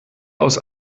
aus